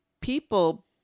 people